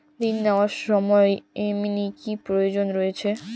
ঋণ নেওয়ার সময় নমিনি কি প্রয়োজন রয়েছে?